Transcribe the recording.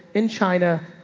in china,